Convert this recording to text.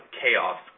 chaos